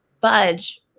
budge